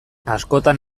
askotan